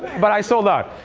but i sold out.